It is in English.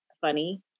funny